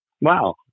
Wow